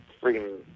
freaking